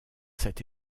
cette